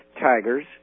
tigers